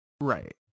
Right